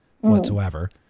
whatsoever